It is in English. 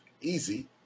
easy